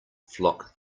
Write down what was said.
flock